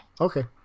Okay